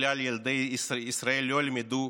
מכלל ילדי ישראל לא ילמדו